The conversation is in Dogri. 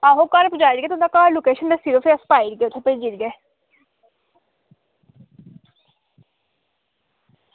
आहो घर पुजाई ओड़गे तुंदे भी लोकेशन दस्सी ओड़ेओ पाई ओड़गे उत्थें भेजीओड़गे